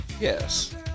Yes